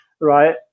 right